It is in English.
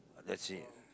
that's it